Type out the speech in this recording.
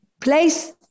place